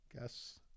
guess